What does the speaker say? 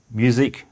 music